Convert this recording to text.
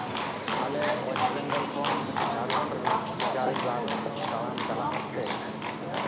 ᱟᱞᱮ ᱳᱭᱮᱥᱴ ᱵᱮᱝᱜᱚᱞ ᱠᱷᱚᱱ ᱡᱷᱟᱲᱠᱷᱚᱸᱰ ᱨᱮᱱᱟᱜ ᱦᱟᱡᱟᱨᱤᱵᱟᱜᱽ ᱫᱟᱬᱟᱱ ᱪᱟᱞᱟᱜ ᱚᱠᱛᱮ